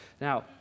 now